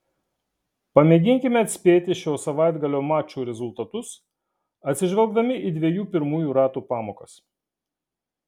pamėginkime atspėti šio savaitgalio mačų rezultatus atsižvelgdami į dviejų pirmųjų ratų pamokas